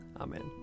Amen